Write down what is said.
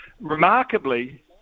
Remarkably